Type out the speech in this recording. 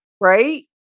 right